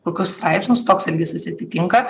kokius straipsnius toks elgesys atitinka